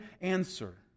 answer